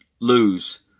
lose